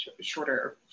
shorter